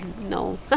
no